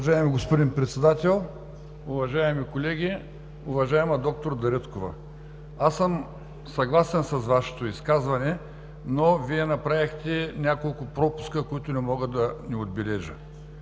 Уважаеми господин Председател, уважаеми колеги, уважаема д-р Дариткова! Аз съм съгласен с Вашето изказване, но Вие направихте няколко пропуска, които не мога да не отбележа.